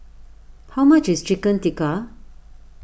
how much is Chicken Tikka